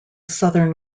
southern